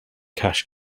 cash